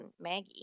Maggie